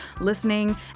listening